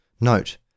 Note